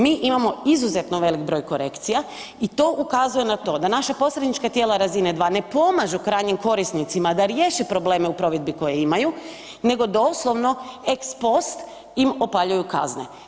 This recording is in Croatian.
Mi imamo izuzetno velik broj korekcija i to ukazuje na to da naša posrednička tijela razine 2 ne pomažu krajnjim korisnicima da riješe probleme u provedbi koje imaju nego doslovno ex post im opaljuju kazne.